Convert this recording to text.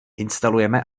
instalujeme